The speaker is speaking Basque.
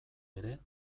ere